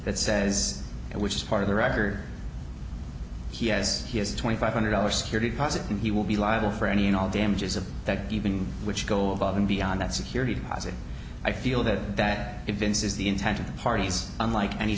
that says and which is part of the record he has he has twenty five hundred dollars security deposit and he will be liable for any and all damages of that even which go above and beyond that security deposit i feel that that evinces the intent of the parties unlike any